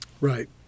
Right